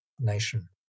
nation